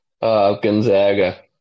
Gonzaga